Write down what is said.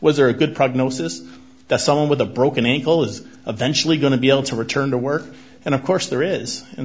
was there a good prognosis that someone with a broken ankle is eventually going to be able to return to work and of course there is and